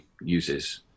uses